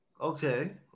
Okay